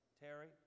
Terry